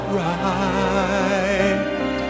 right